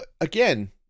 again